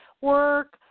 work